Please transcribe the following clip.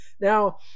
Now